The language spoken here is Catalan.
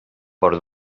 per